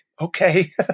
okay